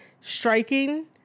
striking